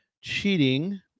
cheating